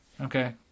okay